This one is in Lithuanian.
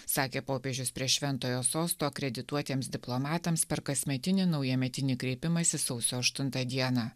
sakė popiežius prie šventojo sosto akredituotiems diplomatams per kasmetinį naujametinį kreipimąsi sausio aštuntą dieną